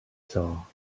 saw